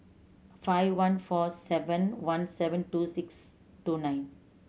five one four seven one seven two six two nine